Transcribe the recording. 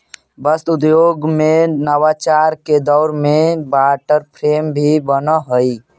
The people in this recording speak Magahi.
वस्त्र उद्योग में नवाचार के दौर में वाटर फ्रेम भी बनऽ हई